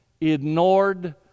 ignored